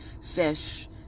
fish